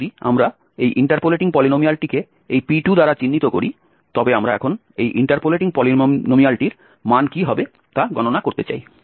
তাই যদি আমরা এই ইন্টারপোলেটিং পলিনোমিয়ালটিকে এই P2 দ্বারা চিহ্নিত করি তবে আমরা এখন এই ইন্টারপোলেটিং পলিনোমিয়ালটির মান কী হবে তা গণনা করতে চাই